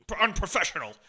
unprofessional